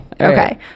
Okay